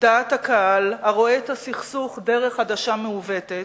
דעת הקהל הרואה את הסכסוך דרך עדשה מעוותת,